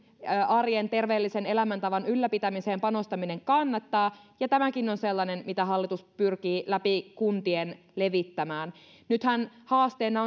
arjen terveellisen elämäntavan ylläpitämiseen panostaminen kannattaa tämäkin on sellainen mitä hallitus pyrkii läpi kuntien levittämään nythän haasteena